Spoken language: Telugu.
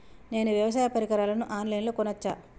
నేను వ్యవసాయ పరికరాలను ఆన్ లైన్ లో కొనచ్చా?